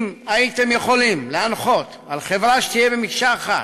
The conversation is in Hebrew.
אם הייתם יכולים להנחות על חברה שתהיה מקשה אחת,